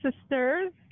sisters